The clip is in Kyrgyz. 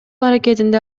аракетинде